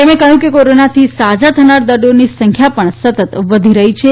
તેમણે કહ્યું છેકે કોરોનાથી સાજા થનાર દર્દીઓની સંખ્યા પણ સતત વધી રહી છે